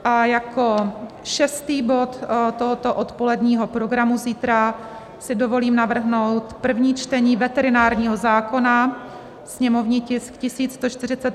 A jako šestý bod tohoto odpoledního programu zítra si dovolím navrhnout první čtení veterinárního zákona, sněmovní tisk 1148.